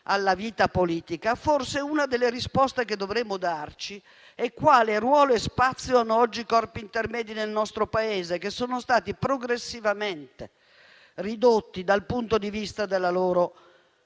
alla vita politica, forse una delle risposte che dovremmo darci è quale ruolo e spazio hanno oggi i corpi intermedi nel nostro Paese, che sono stati progressivamente ridotti dal punto di vista della loro